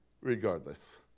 regardless